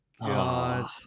God